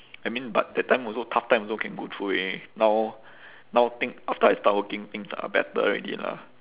I mean but that time also tough time also can go through already now now thing after I start working things are better already lah